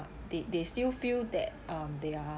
they they still feel that um they are